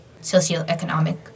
socioeconomic